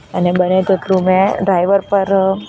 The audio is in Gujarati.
અને બને તેટલું મેં ડ્રાઇવર પર